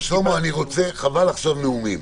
חבל עכשיו נאומים.